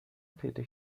پیدا